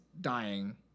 dying